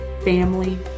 family